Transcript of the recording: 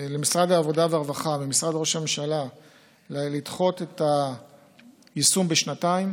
למשרד העבודה והרווחה ולמשרד ראש הממשלה לדחות את היישום בשנתיים.